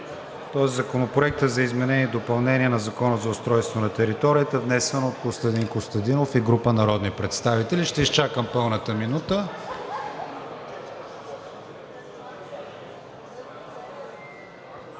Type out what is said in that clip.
Законопроекта за изменение и допълнение на Закона за устройство на територията, внесен от Костадин Костадинов и група народи представители. Гласували 187 народни